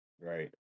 right